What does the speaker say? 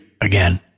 again